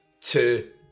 two